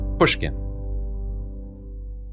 Pushkin